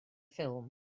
ffilm